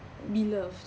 be loved